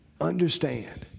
Understand